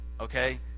okay